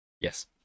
Yes